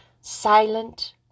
silent